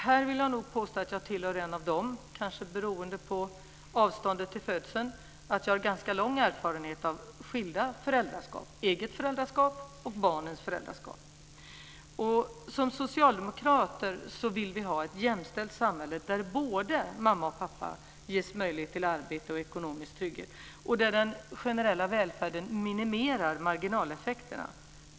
Här vill jag påstå att jag är en av dem - kanske beroende på avståndet till födelsen - som har lång erfarenhet av skilda föräldraskap, av eget föräldraskap och av barns föräldraskap. Vi socialdemokrater vill ha ett jämställt samhälle, där både mamma och pappa ges möjlighet till arbete och ekonomisk trygghet och där den generella välfärden minimerar marginaleffekterna.